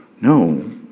No